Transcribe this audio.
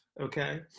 okay